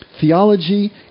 Theology